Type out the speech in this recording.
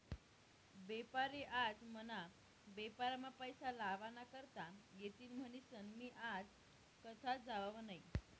बेपारी आज मना बेपारमा पैसा लावा ना करता येतीन म्हनीसन मी आज कथाच जावाव नही